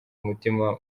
umutima